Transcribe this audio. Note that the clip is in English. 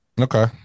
Okay